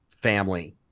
family